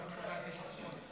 כלכלה.